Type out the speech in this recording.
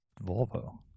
volvo